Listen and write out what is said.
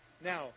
Now